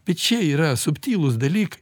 bet čia yra subtilūs dalykai